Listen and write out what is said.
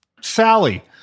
Sally